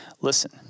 listen